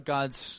God's